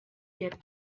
get